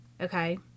Okay